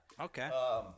okay